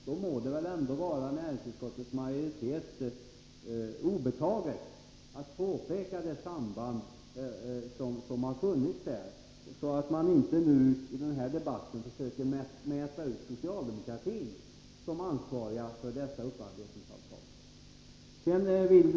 Då må det väl ändå vara näringsutskottets majoritet obetaget att påpeka det samband som funnits, så att man inte i den här debatten försöker mäta ut socialdemokratin som ansvarig för dessa avtal.